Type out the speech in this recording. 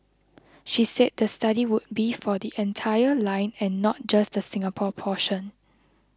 she said the study would be for the entire line and not just the Singapore portion